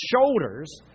shoulders